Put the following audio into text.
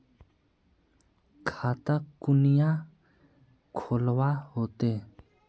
खाता कुनियाँ खोलवा होते?